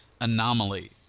anomaly